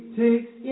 takes